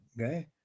Okay